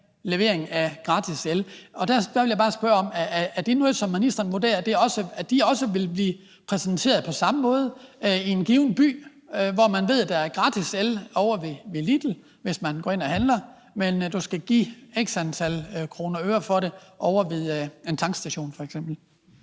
levering af gratis el. Der vil jeg bare spørge, om det er noget, som ministeren vurderer også vil blive præsenteret på samme måde i en given by, hvor man ved, at der er gratis el ovre ved Lidl, hvis man går ind og handler, men at man skal give x antal kroner og øre for det f.eks. ovre ved en tankstation.